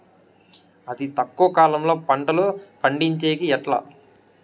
అతి తక్కువ కాలంలో పంటలు పండించేకి ఎట్లా?